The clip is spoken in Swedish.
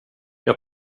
jag